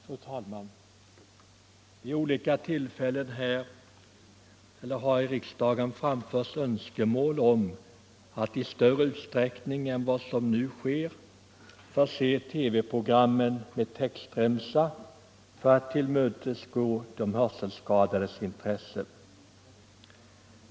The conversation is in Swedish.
Fru talman! Vid olika tillfällen har i riksdagen framförts önskemål om att i större utsträckning än vad som nu sker förse TV-programmen med textremsa för att tillmötesgå de hörselskadades intresse.